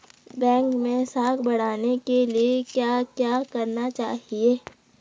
Bank मैं साख बढ़ाने के लिए क्या क्या करना चाहिए?